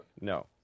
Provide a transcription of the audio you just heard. no